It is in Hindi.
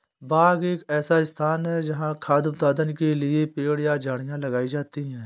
बाग एक ऐसा स्थान है जहाँ खाद्य उत्पादन के लिए पेड़ या झाड़ियाँ लगाई जाती हैं